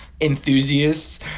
enthusiasts